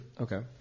Okay